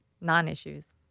Non-issues